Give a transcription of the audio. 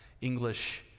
English